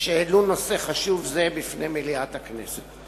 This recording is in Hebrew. שהעלו נושא חשוב זה בפני מליאת הכנסת.